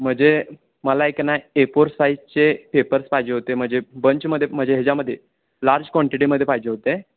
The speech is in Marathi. म्हणजे मला एक ना ए पोर साईजचे पेपर्स पाहिजे होते म्हणजे बंचमध्ये म्हणजे ह्याच्यामध्ये लार्ज क्वांटिटीमध्ये पाहिजे होते